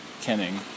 Kenning